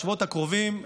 בשבועות הקרובים,